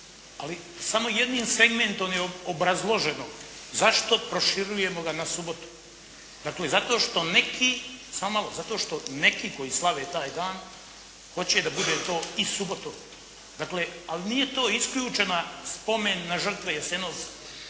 ali samo jednim segmentom je obrazloženo zašto proširujemo ga na subotu. Dakle, zato što neki koji slave taj dan hoće da bude to i subotom. Dakle, ali nije to isključen spomen na žrtve Jasenovca.